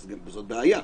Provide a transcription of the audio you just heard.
זו בעיה.